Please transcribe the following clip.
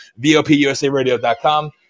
VOPUSAradio.com